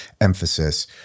emphasis